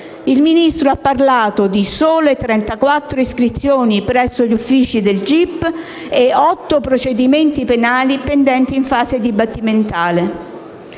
Il Ministro ha parlato di sole 34 iscrizioni presso gli uffici del gip e di otto procedimenti penali pendenti in fase dibattimentale.